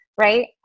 right